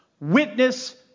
witness